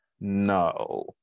No